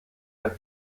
hat